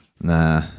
Nah